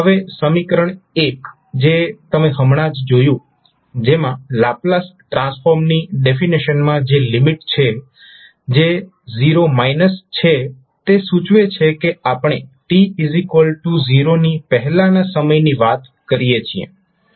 હવે સમીકરણમાં જે તમે હમણાં જ જોયું જેમાં લાપ્લાસ ટ્રાન્સફોર્મની ડેફિનેશન માં જે લિમિટ છે જે 0 છે તે સૂચવે છે કે આપણે t0 ની પહેલાંના સમયની વાત કરીએ છીએ